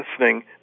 listening